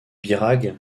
birague